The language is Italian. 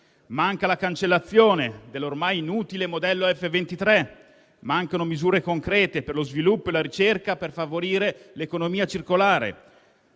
Manca la cancellazione dell'ormai inutile modello F23. Mancano misure concrete per lo sviluppo e la ricerca per favorire l'economia circolare.